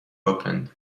opened